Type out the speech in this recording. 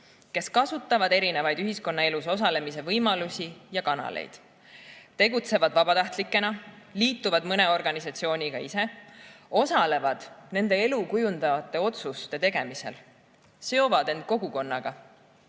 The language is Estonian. kes kasutavad ühiskonnaelus osalemise võimalusi ja kanaleid, tegutsevad vabatahtlikena, liituvad mõne organisatsiooniga ise, osalevad nende elu kujundavate otsuste tegemisel, seovad end kogukonnaga,